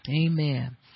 Amen